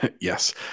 yes